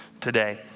today